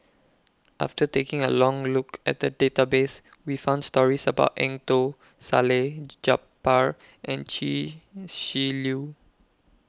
after taking A Long Look At The Database We found stories about Eng Tow Salleh Japar and Chia Shi Lu